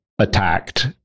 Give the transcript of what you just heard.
attacked